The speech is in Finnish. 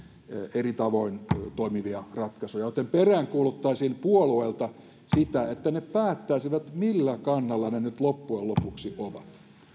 eri tavoin toimivia ratkaisuja joten peräänkuuluttaisin puolueilta sitä että ne päättäisivät millä kannalla ne nyt loppujen lopuksi ovat